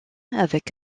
avec